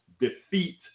defeat